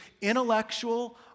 intellectual